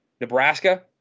Nebraska